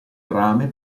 rame